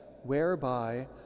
whereby